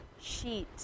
Sheet